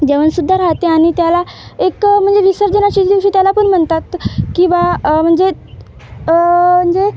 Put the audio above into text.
जेवणसुद्धा राहते आणि त्याला एक म्हणजे विसर्जनाच्या दिवशी त्याला पण म्हणतात की बा म्हणजे म्हणजे